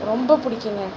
ரொம்ப பிடிக்குங்க